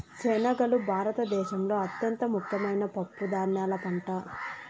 శనగలు భారత దేశంలో అత్యంత ముఖ్యమైన పప్పు ధాన్యాల పంట